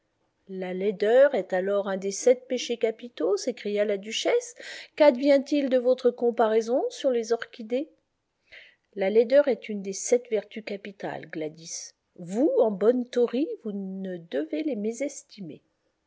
la laideur est alors un des sept péchés capitaux s'écria la duchesse quadvient il de votre comparaison sur les orchidées la laideur est une des sept vertus capitales gladys vous en bonne tory vous ne devez les mésestimer